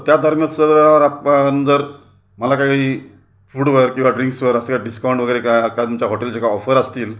त्या दरम्यान सर रात पान जर मला काही फुडवर किंवा ड्रिंक्सवर असे डिस्काऊंट वगैरे काय हा का तुमच्या हॉटेलचे काय ऑफर असतील